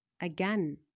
again